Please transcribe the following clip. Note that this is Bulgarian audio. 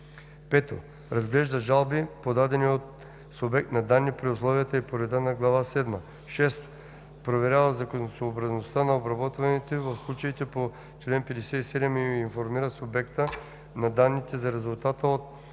5. разглежда жалби, подадени от субект на данни при условията и по реда на глава седма; 6. проверява законосъобразността на обработването в случаите по чл. 57 и информира субекта на данните за резултата от